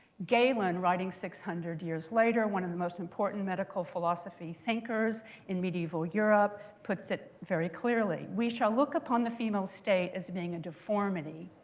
galen, writing six hundred years later, one of the most important medical philosophy thinkers in medieval europe, puts it very clearly. we shall look upon the female state as being a deformity,